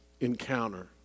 encounter